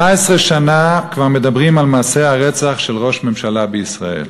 18 שנה כבר מדברים על מעשה הרצח של ראש ממשלה בישראל.